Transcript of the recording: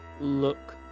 look